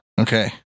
Okay